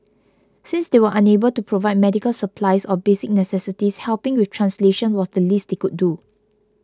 since they were unable to provide medical supplies or basic necessities helping with translations was the least they could do